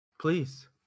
Please